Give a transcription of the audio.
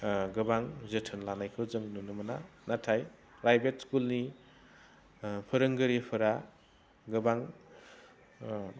गोबां जोथोन लानाय जों नुनो मोना नाथाय प्राइभेट स्कुलनि फोरोंगिरिफोरा गोबां